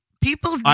People